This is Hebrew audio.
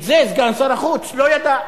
את זה סגן שר החוץ לא ידע,